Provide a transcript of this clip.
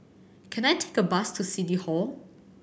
can I take a bus to City Hall